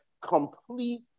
complete